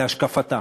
להשקפתה.